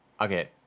Okay